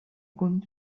going